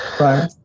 Right